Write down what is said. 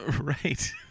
Right